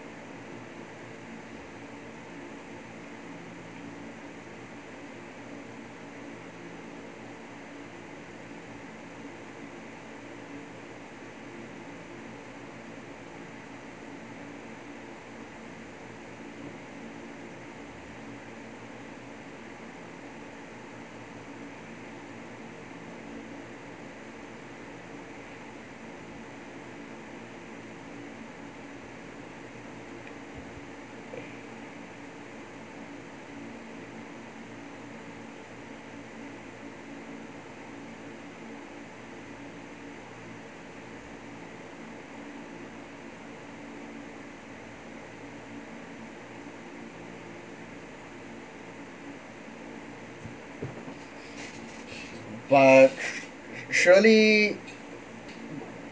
but surely